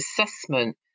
assessment